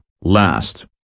last